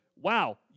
wow